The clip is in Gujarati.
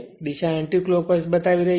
દિશા એન્ટિ ક્લોક વાઇસ બતાવી રહી છે